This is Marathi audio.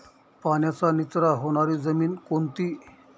पाण्याचा निचरा होणारी जमीन कोणती?